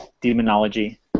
demonology